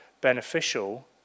beneficial